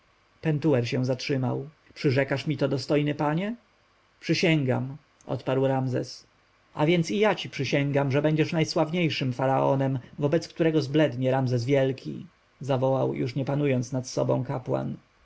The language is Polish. pentuer się zatrzymał przyrzekasz mi to dostojny panie przysięgam odparł ramzes a więc i ja ci przysięgam że będziesz najsławniejszym faraonem wobec którego zblednie ramzes wielki zawołał już nie panujący nad sobą